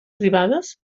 privades